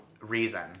reason